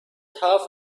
turf